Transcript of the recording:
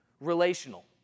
relational